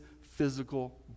physical